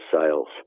sales